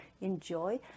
Enjoy